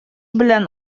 белән